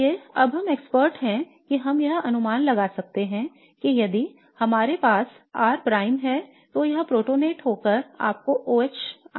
इसलिए अब हम विशेषज्ञ हैं कि हम यह अनुमान लगा सकते हैं कि यदि आपके पास R प्राइम है तो यह प्रोटोनेट होकर आपको OH देता है